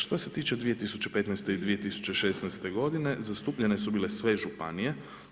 Što se tiče 2015. i 2016. zatupljene su bile sve županije.